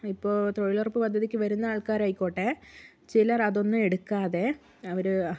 ഇപ്പോൾ തൊഴിലുറപ്പ് പദ്ധതിക്ക് വരുന്ന ആൾക്കാരായിക്കോട്ടെ ചിലർ അതൊന്നും എടുക്കാതെ അവര്